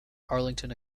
arlington